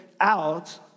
out